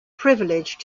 privilege